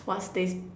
what stays